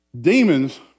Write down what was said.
demons